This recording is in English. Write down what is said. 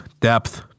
depth